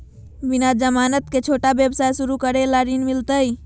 बिना जमानत के, छोटा व्यवसाय शुरू करे ला ऋण मिलतई?